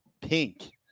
pink